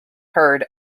heard